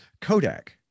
Kodak